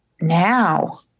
now